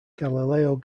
galileo